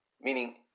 Meaning